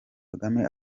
kagame